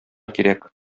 кирәк